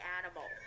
animal